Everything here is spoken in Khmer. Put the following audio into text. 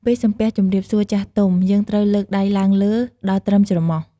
ពេលសំពះជម្រាបសួរចាស់ទុំ យើងត្រូវលើកដៃឡើងលើដល់ត្រឹមច្រមុះ។